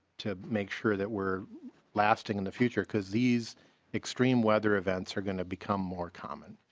to make sure that we're last in the future because these extreme weather events are going to become more common.